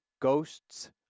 Ghosts